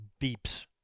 beeps